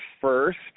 first